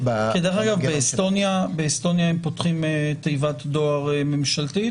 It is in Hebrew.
באסטוניה הם פותחים תיבת דואר ממשלתית,